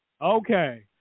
Okay